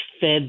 fed